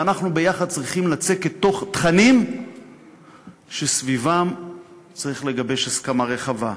ואנחנו יחד צריכים לצקת תכנים שסביבם צריך לגבש הסכמה רחבה,